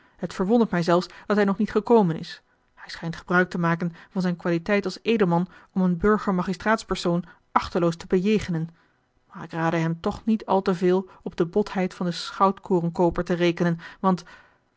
het verwondert mij zelfs dat hij nog niet gekomen is hij schijnt gebruik te maken van zijne qualiteit als edelman om een burger magistraatspersoon achteloos te bejegenen maar ik rade hem toch niet al te veel op de botheid van den schoutkorenkooper te rekenen want